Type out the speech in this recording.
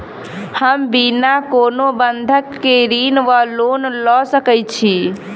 हम बिना कोनो बंधक केँ ऋण वा लोन लऽ सकै छी?